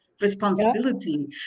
responsibility